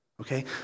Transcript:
Okay